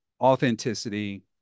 authenticity